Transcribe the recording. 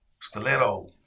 Stiletto